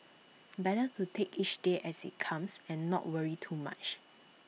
better to take each day as IT comes and not worry too much